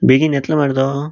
बेगीन येतलो मरे तो